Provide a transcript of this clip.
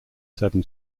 seven